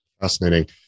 Fascinating